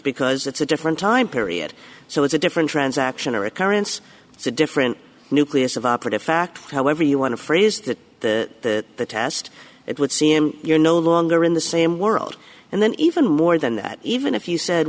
because it's a different time period so it's a different transaction or occurrence it's a different nucleus of operative fact however you want to phrase that the test it would seem you're no longer in the same world and then even more than that even if you said